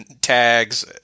tags